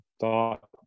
thought